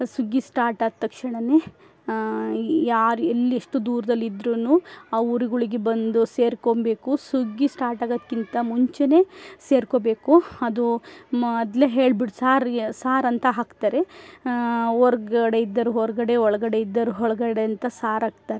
ಸುಗ್ಗಿ ಸ್ಟಾರ್ಟಾದ ತಕ್ಷಣವೇ ಯಾರು ಎಲ್ಲಿ ಎಷ್ಟು ದೂರದಲ್ಲಿದ್ರೂ ಆ ಊರುಗಳಿಗೆ ಬಂದು ಸೇರ್ಕೊಬೇಕು ಸುಗ್ಗಿ ಸ್ಟಾರ್ಟಾಗೋಕ್ಕಿಂತ ಮುಂಚೆಯೇ ಸೇರಿಕೊಬೇಕು ಅದು ಮೊದಲೇ ಹೇಳಿಬಿಟ್ಟು ಸಾರಿ ಸಾರಿ ಅಂತ ಹಾಕ್ತಾರೆ ಹೊರ್ಗಡೆಯಿದ್ದೋರು ಹೊರಗಡೆ ಒಳಗಡೆಯಿದ್ದೋರು ಒಳ್ಗಡೆ ಅಂತ ಸಾರಿ ಹಾಕ್ತಾರೆ